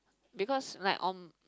because like um